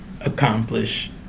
accomplish